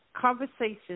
conversation